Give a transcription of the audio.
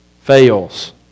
fails